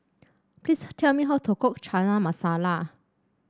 please tell me how to cook Chana Masala